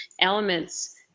elements